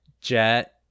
Jet